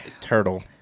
Turtle